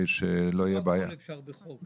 לא הכול אפשר בחוק.